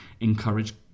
encourage